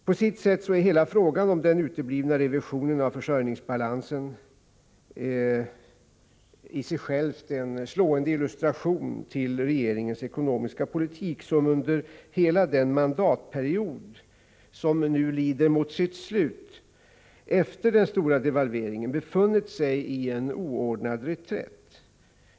På sitt sätt är hela frågan om den uteblivna revisionen av försörjningsbalansen i sig själv en slående illustration till regeringens ekonomiska politik, som under hela den mandatperiod som nu lider mot sitt slut efter den stora devalveringen har befunnit sig på en oordnad reträtt.